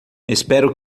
espero